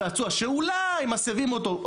צעצוע שאולי מסבים אותו,